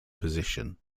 position